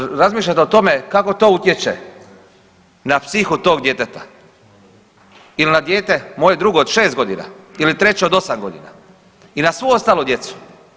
Pa jel razmišljate o tome kako to utječe na psihu tog djeteta ili na dijete moje drugo od 6 godina ili treće od 8 godina i na svu ostalu djecu?